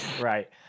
right